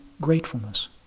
gratefulness